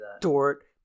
Dort